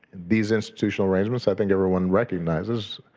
these institutional arrangements, i think everyone recognizes